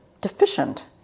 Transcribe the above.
deficient